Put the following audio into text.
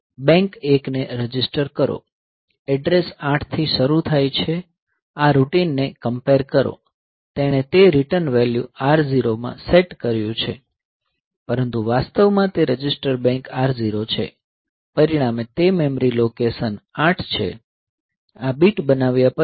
bank 1 ને register કરો address 8 થી શરૂ થાય છે આ રૂટીન ને કમ્પેર કરો તેણે તે રીટર્ન વેલ્યુ R0 માં સેટ કર્યું છે પરંતુ વાસ્તવમાં તે રજિસ્ટર બેંક R0 છે પરિણામે તે મેમરી લોકેશન 08 છે આ બીટ બનાવ્યા પછી